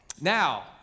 Now